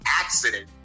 accident